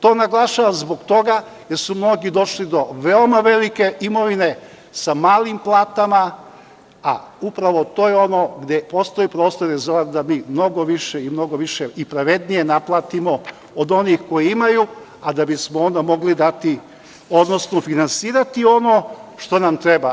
To naglašavam zbog toga jer su mnogi došli do veoma velike imovine sa malim platama, a upravo to je ono gde postoji prostor da mnogo više i pravednije naplatimo od onih koji imaju, a da bismo onda mogli finansirati ono što nam treba.